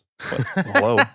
Hello